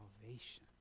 salvation